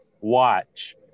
watch